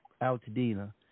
Altadena